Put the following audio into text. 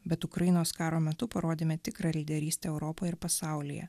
bet ukrainos karo metu parodėme tikrą lyderystę europoje ir pasaulyje